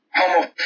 homophobic